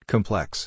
Complex